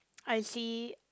I see